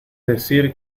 decir